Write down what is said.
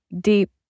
deep